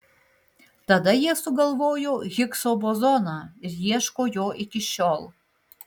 tada jie sugalvojo higso bozoną ir ieško jo iki šiol